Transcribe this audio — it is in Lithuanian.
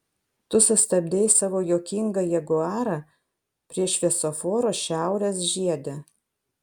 tu sustabdei savo juokingą jaguarą prie šviesoforo šiaurės žiede